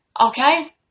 Okay